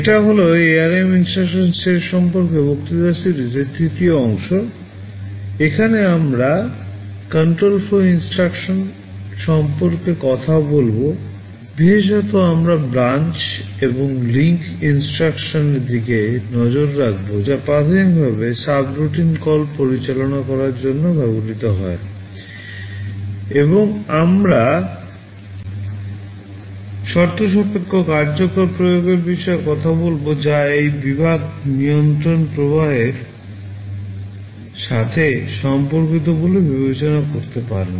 এটা হল ARM নির্দেশাবলী সাথে সম্পর্কিত বলে বিবেচনা করতে পারেন